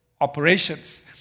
operations